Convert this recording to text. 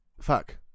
fuck